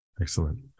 Excellent